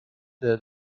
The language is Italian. della